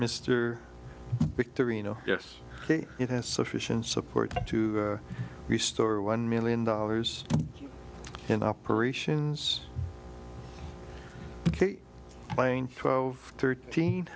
no yes it has sufficient support to restore one million dollars in operations plane twelve thirteen